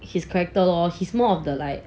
his character lor he's more of the like